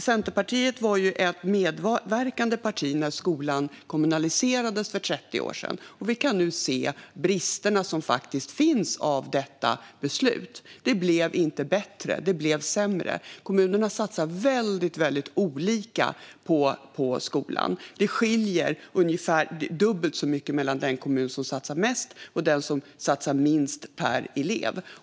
Centerpartiet var ju ett medverkande parti när skolan kommunaliserades för 30 år sedan, och vi kan nu se de brister som faktiskt finns på grund av detta beslut. Det blev inte bättre, utan det blev sämre. Kommunerna satsar väldigt olika på skolan - den kommun som satsar mest per elev satsar ungefär dubbelt så mycket som den kommun som satsar minst.